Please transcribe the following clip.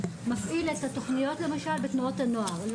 מפעיל את התוכניות למשל בתנועות הנוער.